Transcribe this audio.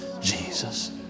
Jesus